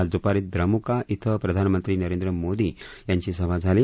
आज द्पारी द्रम्का इथं प्रधानमंत्री नरेंद्र मोदी यांची सभा झाली